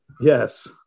yes